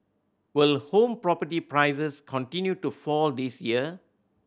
will home property prices continue to fall this year